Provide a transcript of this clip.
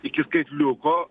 iki skaitliuko